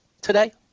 today